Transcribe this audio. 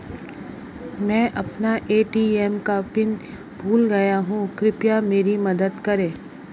मैं अपना ए.टी.एम का पिन भूल गया हूं, कृपया मेरी मदद करें